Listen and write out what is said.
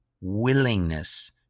willingness